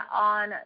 on